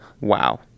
Wow